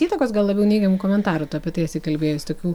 įtakos gal labiau neigiamų komentarų tu apie tai esi kalbėjus tokių